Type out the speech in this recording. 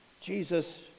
Jesus